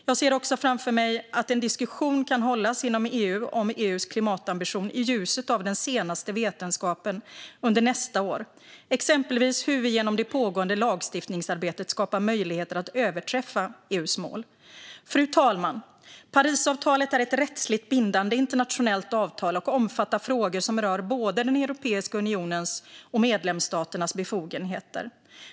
Jag ser också framför mig att en diskussion kan hållas inom EU om EU:s klimatambition i ljuset av den senaste vetenskapen under nästa år, exempelvis hur vi genom det pågående lagstiftningsarbetet skapar möjligheter att överträffa EU:s mål. Fru talman! Parisavtalet är ett rättsligt bindande internationellt avtal och omfattar frågor som rör både Europeiska unionens och medlemsstaternas befogenheter.